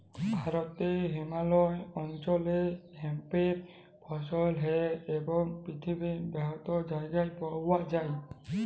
ভারতে হিমালয় অল্চলে হেম্পের ফসল হ্যয় এবং পিথিবীর বহুত জায়গায় পাউয়া যায়